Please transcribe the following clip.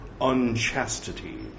unchastity